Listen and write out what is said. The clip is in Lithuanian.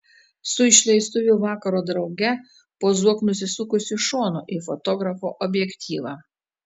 su išleistuvių vakaro drauge pozuok nusisukusi šonu į fotografo objektyvą